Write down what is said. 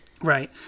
Right